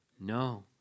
no